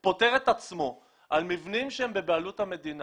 פוטר את עצמו על מבנים שהם בבעלות המדינה